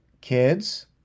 Kids